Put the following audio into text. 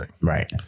right